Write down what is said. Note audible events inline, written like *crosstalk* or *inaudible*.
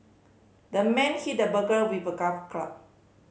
the man hit the burglar with a *unintelligible* club